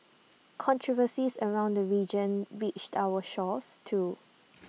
controversies around the religion reached our shores too